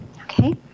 Okay